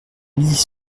mis